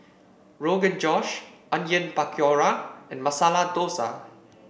Rogan Josh Onion Pakora and Masala Dosa